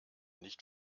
nicht